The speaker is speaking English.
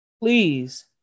please